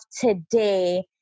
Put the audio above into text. today